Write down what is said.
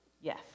Yes